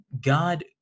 god